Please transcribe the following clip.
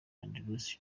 andrzej